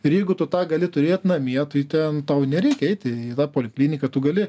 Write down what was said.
ir jeigu tu tą gali turėt namie tai ten tau nereikia eiti į polikliniką tu gali